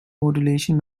modulation